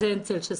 זה אין צל של ספק.